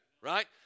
Right